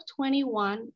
21